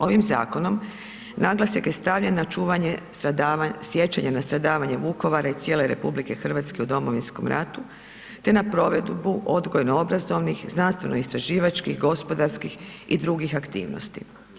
Ovim zakonom naglasak je stavljen na čuvanje sjećanja na stradavanje Vukovara i cijele RH u Domovinskom ratu te na provedbu odgojno-obrazovnih, znanstveno-istraživačkih, gospodarskih i drugih aktivnosti.